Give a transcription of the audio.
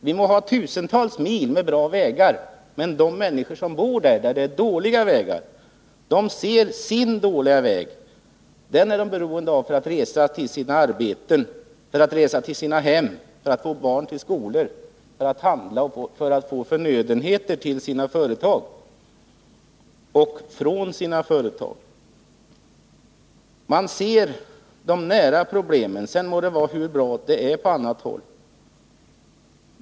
Vi må ha tusentals mil med bra vägar, men de människor som bor där det är dåliga vägar ser bara sin dåliga väg som de är beroende av för att resa till sina arbeten, till sina hem, för att få barn till skolan, för att handla och få förnödenheter till sina företag och från sina företag. Man ser de nära problemen, sedan må det vara hur bra som helst på annat håll.